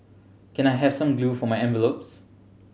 can I have some glue for my envelopes